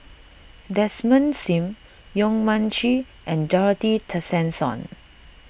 Desmond Sim Yong Mun Chee and Dorothy Tessensohn